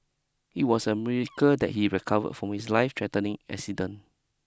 it was a miracle that he recovered from his lifethreatening accident